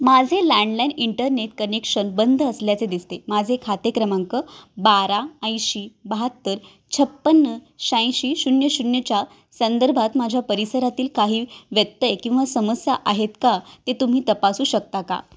माझे landline internet connection बंद असल्याचे दिसते माझे खाते क्रमांक बारा ऐंशी बहात्तर छप्पन्न शहाऐंशी शून्य शून्यच्या संदर्भात माझ्या परिसरातील काही व्यत्यय किंवा समस्या आहेत का ते तुम्ही तपासू शकता का